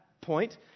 point